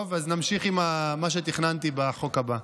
טוב, אז נמשיך עם מה שתכננתי בחוק הבא.